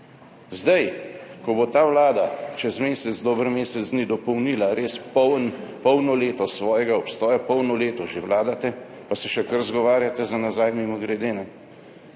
Zdaj ko bo ta vlada čez mesec, dober mesec dni dopolnila res polno leto svojega obstoja – polno leto že vladate, pa se še kar izgovarjate za nazaj, mimogrede